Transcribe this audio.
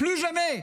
plus jamais,